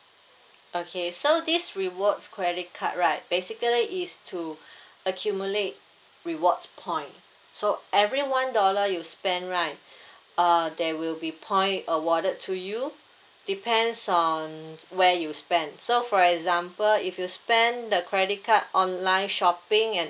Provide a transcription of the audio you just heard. okay so this rewards credit card right basically is to accumulate reward point so every one dollar you spent right uh there will be point awarded to you depends on where you spent so for example if you spent the credit card online shopping and